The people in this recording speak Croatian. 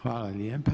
Hvala lijepa.